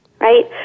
right